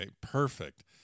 perfect